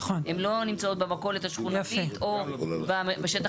הן לא נמצאות במכולת השכונתית או בשטח